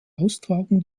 austragung